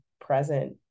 present